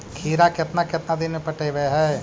खिरा केतना केतना दिन में पटैबए है?